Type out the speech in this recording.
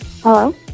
Hello